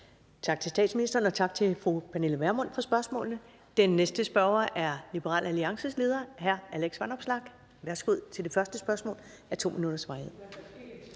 Tak til statsministeren. Og tak til fru Pernille Vermund for spørgsmålene. Den næste spørger er Liberal Alliances leder, hr. Alex Vanopslagh. Værsgo til det første spørgsmål af 2 minutters varighed.